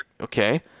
okay